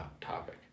topic